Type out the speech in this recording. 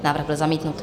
Návrh byl zamítnut.